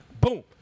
Boom